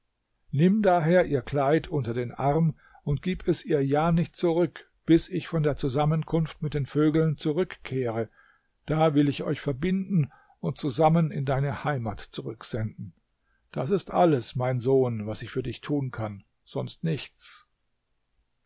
nimm daher ihr kleid unter den arm und gib es ihr ja nicht zurück bis ich von der zusammenkunft mit den vögeln zurückkehre da will ich euch verbinden und zusammen in deine heimat zurücksenden das ist alles mein sohn was ich für dich tun kann sonst nichts